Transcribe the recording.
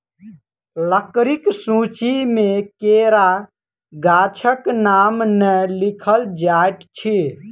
लकड़ीक सूची मे केरा गाछक नाम नै लिखल जाइत अछि